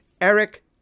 Eric